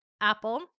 Apple